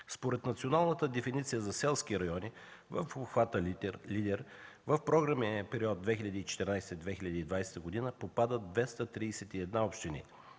Според националната дефиниция за „селски райони” в обхвата на „Лидер” в програмния период 2014-2020 г. попадат 231 общини.